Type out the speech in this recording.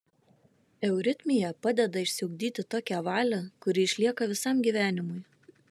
euritmija padeda išsiugdyti tokią valią kuri išlieka visam gyvenimui